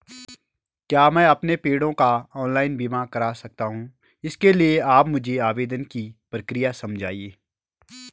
क्या मैं अपने पेड़ों का ऑनलाइन बीमा करा सकता हूँ इसके लिए आप मुझे आवेदन की प्रक्रिया समझाइए?